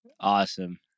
Awesome